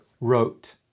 wrote